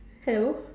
hello